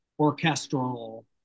orchestral